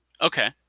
Okay